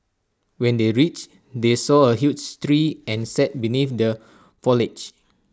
when they reached they saw A huge tree and sat beneath the foliage